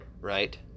right